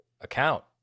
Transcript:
account